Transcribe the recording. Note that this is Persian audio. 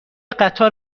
قطار